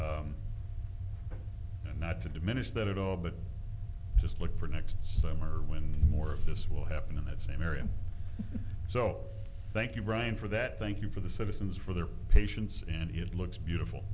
gone and not to diminish that at all but just look for next summer when more of this will happen in that same area so thank you brian for that thank you for the citizens for their patience and he looks beautiful